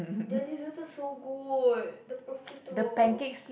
the desserts are so good the profiteroles